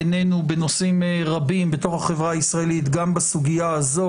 ונקודת המוצא שלו היא התשובות שקיבלנו לשאלות שלנו ממשטרת ישראל ומהצבא.